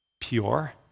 Pure